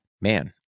Man